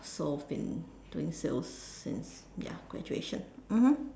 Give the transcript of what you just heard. so been doing sales since ya graduation mmhmm